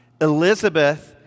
Elizabeth